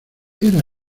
era